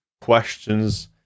questions